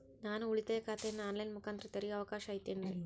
ನಾನು ಉಳಿತಾಯ ಖಾತೆಯನ್ನು ಆನ್ ಲೈನ್ ಮುಖಾಂತರ ತೆರಿಯೋ ಅವಕಾಶ ಐತೇನ್ರಿ?